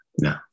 no